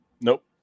Nope